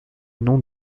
nom